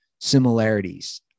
similarities